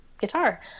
guitar